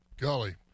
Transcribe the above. golly